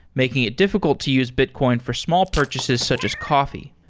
making it difficult to use bitcoin for small purchases such as coffee.